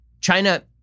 China